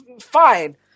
Fine